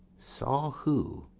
saw who?